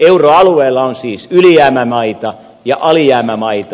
euroalueella on siis ylijäämämaita ja alijäämämaita